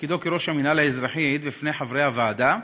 שבתפקידו כראש המינהל האזרחי העיד בפני חברי הוועדה: